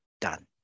done